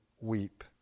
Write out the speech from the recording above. weep